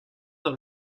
dans